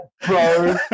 bro